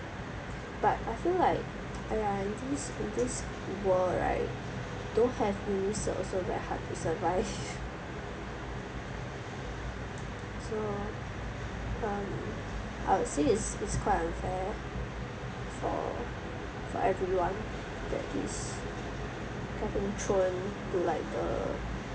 but I feel like !aiya! in this in this world right don't have uni cert also very hard to survive so um I would say it's it's quite unfair for everyone that is getting thrown to like uh